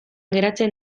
geratzen